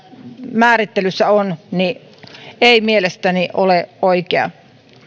määrittelyssä on ei mielestäni ole oikea